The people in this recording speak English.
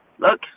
look